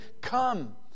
come